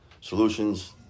solutions